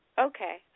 Okay